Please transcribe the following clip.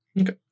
okay